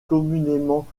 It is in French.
communément